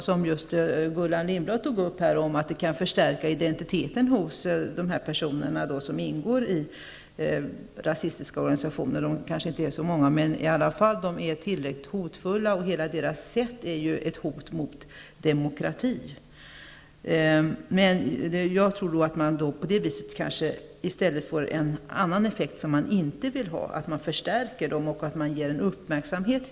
Som Gullan Lindblad anförde kan det stärka identiteten hos de personer som tillhör rasistiska organisationer. De är kanske inte så många, men de är ändå tillräckligt hotfulla. Hela deras agerande är ett hot mot demokrati. Jag tror att man med ett förbud i stället får en effekt som man inte vill ha. De blir starkare och blir föremål för uppmärksamhet.